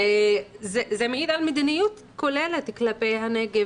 זה מעיד על מדיניות כוללת כלפי הנגב